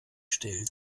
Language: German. stellen